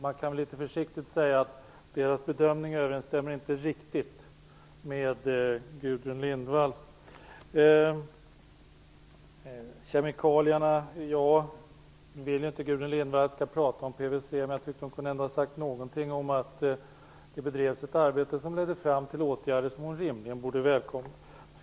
Man kan litet försiktigt säga att deras bedömning inte riktigt överensstämmer med Gudrun Lindvalls. När det gäller kemikalierna vill inte Gudrun Lindvall att jag skall tala om PVC. Jag tycker ändå att hon kunde ha sagt någonting om att det bedrevs ett arbete, som ledde fram till åtgärder som hon rimligen borde välkomna. Herr talman!